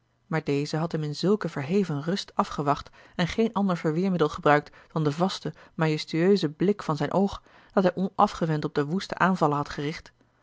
maar deze had hem in zulke verhevene rust afgewacht en geen ander verweermiddel gebruikt dan den vasten majestueuzen blik van zijn oog dat hij onafgewend op den woesten aanvaller had gericht